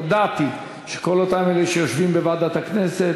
הודעתי שכל אותם אלה שיושבים בוועדת הכנסת,